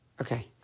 Okay